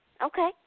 Okay